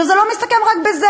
עכשיו, זה לא מסתכם רק בזה.